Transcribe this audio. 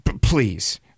Please